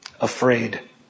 afraid